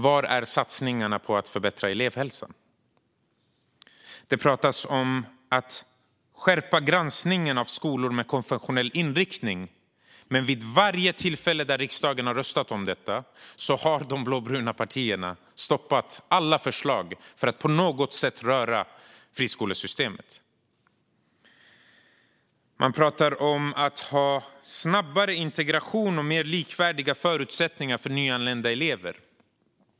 Var är satsningarna på att förbättra elevhälsan? Det pratas om att skärpa granskningen av skolor med konfessionell inriktning, men vid varje tillfälle där riksdagen har röstat om detta har de blåbruna partierna stoppat alla förslag att på något sätt röra friskolesystemet. Man pratar om att ha snabbare integration och mer likvärdiga förutsättningar för nyanlända elever.